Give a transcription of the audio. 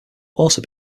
also